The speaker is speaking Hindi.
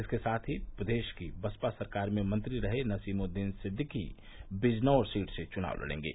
इसके साथ ही प्रदेश की बसपा सरकार में मंत्री रहे नसीमुददीन सिद्दीकी बिजनैर सीट से चुनाव लड़ेंगे